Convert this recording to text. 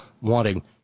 wanting